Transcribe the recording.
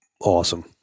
Awesome